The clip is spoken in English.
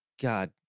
God